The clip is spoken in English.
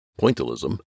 pointillism